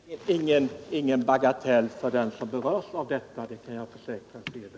Herr talman! Det är sannerligen ingen bagatell för den som berörs av äkra herr Svedberg.